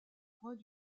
points